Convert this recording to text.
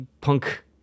punk